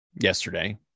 yesterday